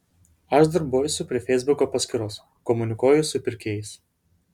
aš darbuojuosi prie feisbuko paskyros komunikuoju su pirkėjais